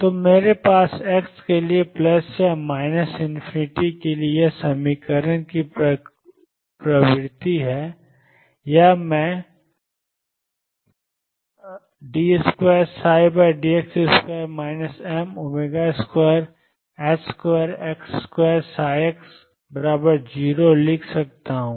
तो मेरे पास एक्स के लिए प्लस या माइनस इन्फिनिटी 22md2dx2 12m2x2x0 की प्रवृत्ति है या मैं d2dx2 m22x2x0 लिख सकता हूं